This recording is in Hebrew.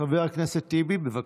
חבר הכנסת טיבי, בבקשה.